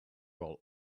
roll